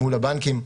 מול הבנקים,